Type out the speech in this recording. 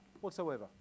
whatsoever